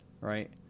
right